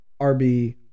RB